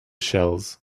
shells